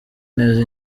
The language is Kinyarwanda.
neza